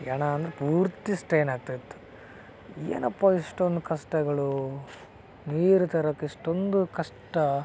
ಹೆಣ ಅಂದ್ರೆ ಪೂರ್ತಿ ಸ್ಟ್ರೈನ್ ಆಗ್ತ ಇತ್ತು ಏನಪ್ಪ ಇಷ್ಟೊಂದು ಕಷ್ಟಗಳು ನೀರು ತರಕ್ಕೆ ಇಷ್ಟೊಂದು ಕಷ್ಟ